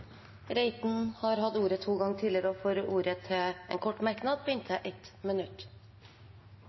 Reiten har hatt ordet to ganger tidligere og får ordet til en kort merknad, begrenset til 1 minutt.